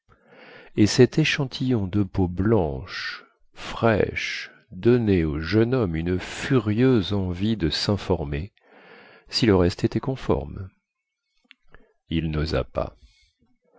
et cet échantillon de peau blanche fraîche donnait au jeune homme une furieuse envie de sinformer si le reste était conforme il nosa pas